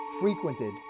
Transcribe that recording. frequented